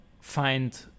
find